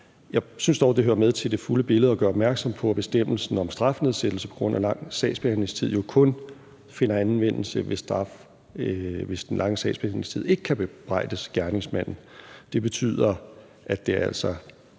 Jeg synes dog, at det hører med til det fulde billede at gøre opmærksom på, at bestemmelsen om strafnedsættelse på grund af lang sagsbehandlingstid jo kun finder anvendelse ved straf, hvis den lange sagsbehandlingstid ikke kan bebrejdes gerningsmanden. Det betyder, at der altså